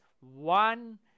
one